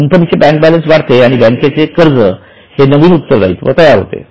कंपनीचे bank balance वाढते आणि बँकेचे कर्ज हे नवीन उत्तरदायित्व तयार होते